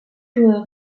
joueurs